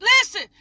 listen